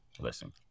listen